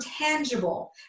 tangible